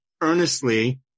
earnestly